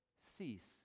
cease